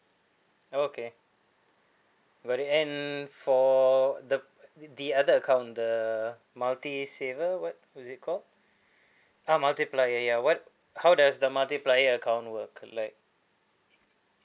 okay by the end for the the other account the multi saver what was is it called ah multiplier ya what how does the multiplier account work like